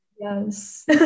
Yes